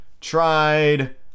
Tried